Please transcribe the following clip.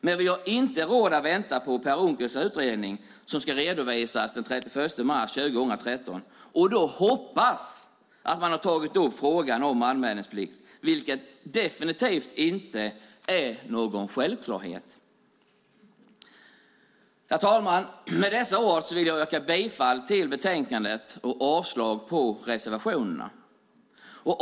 Vi har dock inte råd att bara vänta på Per Unckels utredning, som ska redovisas den 31 mars 2013, och hoppas att man där har tagit upp frågan om anmälningsplikt, vilket definitivt inte är någon självklarhet. Herr talman! Jag yrkar bifall till förslaget i betänkandet och avslag på reservationerna.